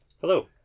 Hello